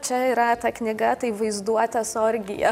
čia yra ta knyga tai vaizduotės orgija